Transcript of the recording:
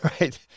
right